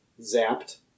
zapped